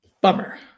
Bummer